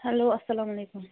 hello السلامُ علیکُم